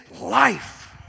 life